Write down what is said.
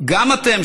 גם אתם,